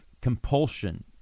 compulsion